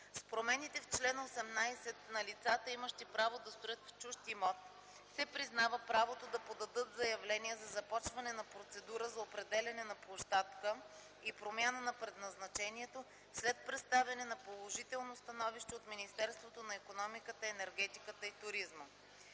С промените в чл. 18 на лицата, имащи право да строят в чужд имот, се признава правото да подадат заявление за започване на процедура за определяне на площадка и промяна на предназначението след представяне на положително становище от Министерството на икономиката, енергетиката и туризма.